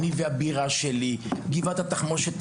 ׳אני והבירה שלי׳ וגבעת התחמושת,